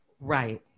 Right